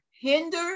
hinder